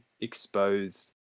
exposed